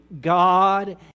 God